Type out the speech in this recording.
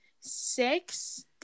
six